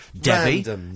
Debbie